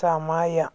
ಸಮಯ